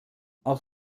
auch